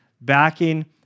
backing